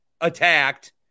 attacked